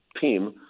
team